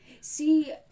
see